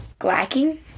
glacking